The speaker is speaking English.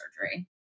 surgery